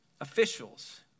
officials